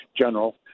General